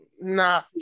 Nah